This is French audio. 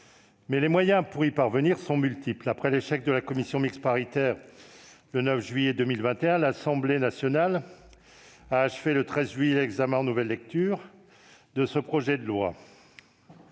que les moyens pour y parvenir sont multiples. Après l'échec de la commission mixte paritaire, le 9 juillet 2021, l'Assemblée nationale a achevé, le 13 juillet, l'examen en nouvelle lecture de ce projet de loi.